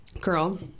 Girl